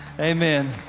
Amen